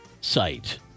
Site